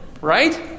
right